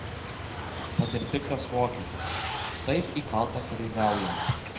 tad ir tikras vokietis taip įkalta kareiviaujant